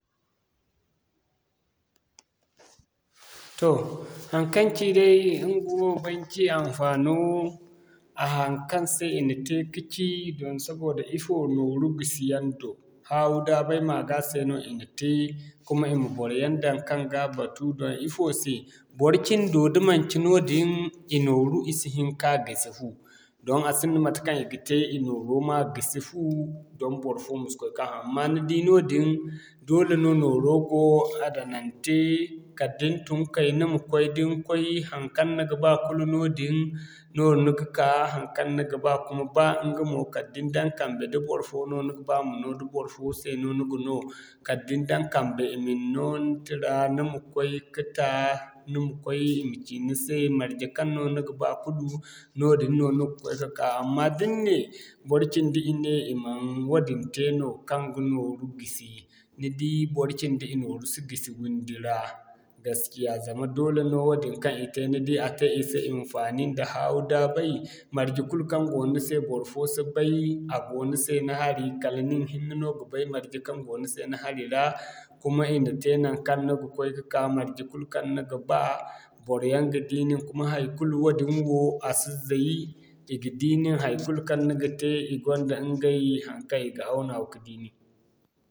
Toh haŋkaŋ ci day ɲgawo banki hinfaano, haŋkaŋ se i na te kaci, don sabida ifo nooru gisi yaŋ do. Haawu-daabay maga se no i na te kuma i ma boryaŋ daŋ kaŋ ga batu, ifo se bor cindo da manci yaadin i nooru i si hin ka gisi fu doŋ a sinda matekaŋ i ga te i nooro ma gisi fu doŋ barfo ma si koy ka ham amma ni di. Amma ni di noodin doole no nooro go aadanante, kala da ni tun kay ni ma koy da ni koy, haŋkaŋ ni ga ba kulu noodin no ni ga ka. Haŋkaŋ ni ga ba kuma ba ɲga mo kala da ni daŋ kambe da barfo no ni ga ba ma no da barfo se no ni ga no kala da ni daŋ kambe i na ni'no ni tira, ni ma koy ka ta, ni ma koy i ma cii ni se marje kaŋ no ni ga ba kulu noodin no ni ga koy ka'ka. Amma da ni ne bor cindi i ne i man wadin te no kaŋ ga nooru gisi ni di bor cindi i nooru si gisi windi ra gaskiya. Zama doole no wadin kaŋ i te ni di a te i se hinfaani nda haawu-daabay marje kulu kaŋ go ni se barfo si bay ni di a go ni se ni hari kala nin hinne no gabay marje kaŋ go ni se ni hari ra, kuma i na te naŋkaŋ ni ga koy ka'ka marje kulu kaŋ ni ga baa, boryaŋ ga di nin kuma haikulu woodin wo a si zay, i ga di nin haikulu kaŋ ni ga te, i ganda ɲgay haŋkaŋ i ga awnawa ka di nin.